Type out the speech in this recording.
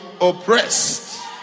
oppressed